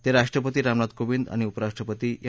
ते राष्ट्रपती रामनाथ कोविंद आणि उपराष्ट्रपती एम